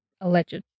alleged